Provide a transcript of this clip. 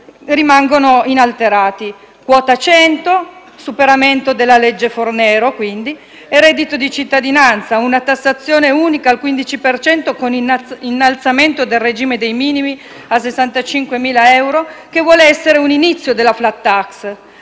rimangono inalterati: quota 100, con superamento della legge Fornero, e reddito di cittadinanza, una tassazione unica al 15 per cento con innalzamento del regime dei minimi a 65.000 euro, che vuole essere un inizio della *flat tax*.